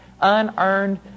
unearned